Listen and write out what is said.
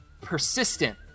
persistent